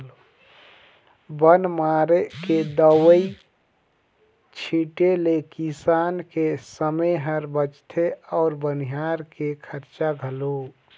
बन मारे के दवई छीटें ले किसान के समे हर बचथे अउ बनिहार के खरचा घलो